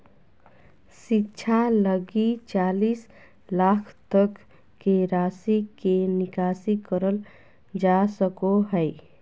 शिक्षा लगी चालीस लाख तक के राशि के निकासी करल जा सको हइ